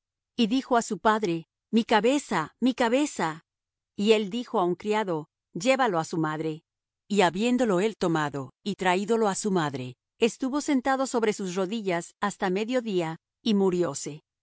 y dijo á su padre mi cabeza mi cabeza y él dijo á un criado llévalo á su madre y habiéndole él tomado y traídolo á su madre estuvo sentado sobre sus rodillas hasta medio día y murióse